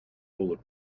bullet